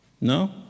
No